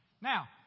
Now